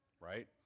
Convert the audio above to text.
right